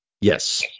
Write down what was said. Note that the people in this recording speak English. Yes